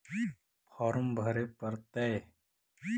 Farm भरे परतय?